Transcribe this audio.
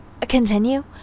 Continue